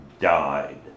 died